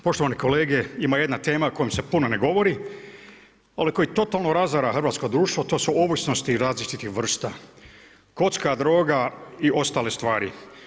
Poštovani kolege, ima jedna tema o kojoj se puno ne govori, ali koji totalno razara hrvatsko društvo, to su ovisnosti različitih vrsta, kocka, droga i ostale stvari.